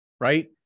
right